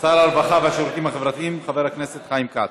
שר הרווחה והשירותים החברתיים, חבר הכנסת חיים כץ.